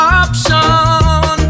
option